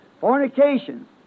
fornication